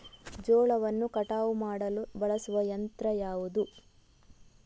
ಜೋಳವನ್ನು ಕಟಾವು ಮಾಡಲು ಬಳಸುವ ಯಂತ್ರ ಯಾವುದು?